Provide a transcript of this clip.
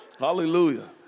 Hallelujah